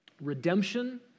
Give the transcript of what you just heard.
Redemption